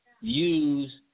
use